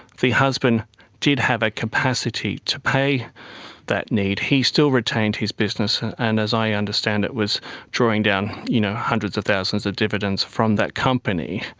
the husband did have a capacity to pay that need. he still retained his business, and as i understand it was drawing down you know hundreds of thousands of dividends from that company,